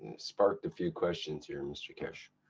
sparked a few questions here mr. keshe